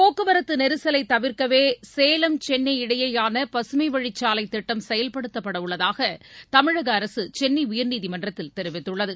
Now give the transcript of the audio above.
போக்குவரத்துநெரிசலைதவிர்க்கவேசேலம் சென்னை இடையேயானபசுமைவழிச் சாலைதிட்டம் செயல்படுத்தப்படஉள்ளதாகதமிழகஅரசுசென்னைஉயர்நீதிமன்றத்தில் தெரிவித்துள்ளது